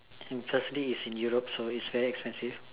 and first it's in Europe so it's very expensive